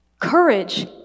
Courage